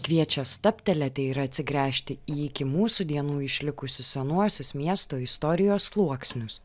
kviečia stabtelėti ir atsigręžti į iki mūsų dienų išlikusius senuosius miesto istorijos sluoksnius